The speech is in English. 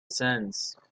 sense